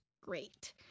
great